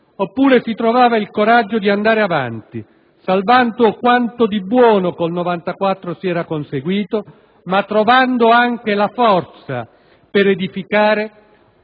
oppure si trovava il coraggio di andare avanti, salvando quanto di buono con il 1994 si era conseguito, ma trovando anche la forza per edificare